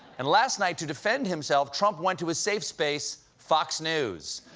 and last night, to defend himself, trump went to his safe space fox news.